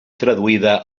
traduïda